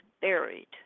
buried